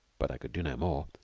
but i could do no more.